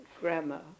Grammar